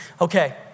Okay